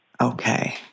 Okay